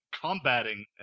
combating